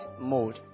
mode